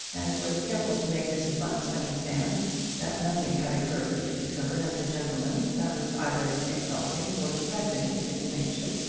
and was careful to make mrs. bunce understand that nothing had occurred between her and the gentleman that was either exalting or depressing in its nature.